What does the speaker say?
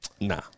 Nah